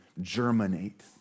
germinate